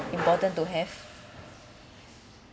important to have